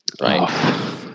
Right